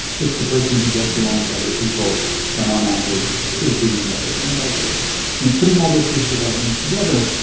it's the person who gets along with other people that, on average, is doing better in adulthood you know, putting all those pieces of evidence together,